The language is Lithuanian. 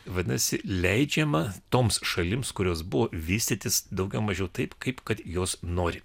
vadinasi leidžiama toms šalims kurios buvo vystytis daugiau mažiau taip kaip kad jos nori